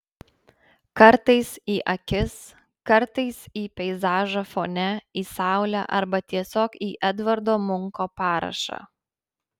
kartais į akis kartais į peizažą fone į saulę arba tiesiog į edvardo munko parašą